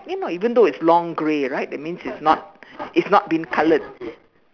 you know even though it's long grey right that means it's not it's not been colored